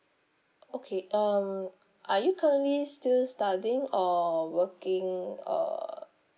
okay um are you currently still studying or working or